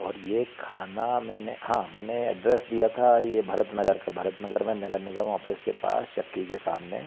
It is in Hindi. और ये खाना मैंने हाँ मैंने एड्रेस दिया था ये भरतनगर का भरतनगर में नगरनिगम ऑफिस के पास चक्की के सामने